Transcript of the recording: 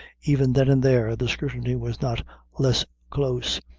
even then and there, the scrutiny was not less close,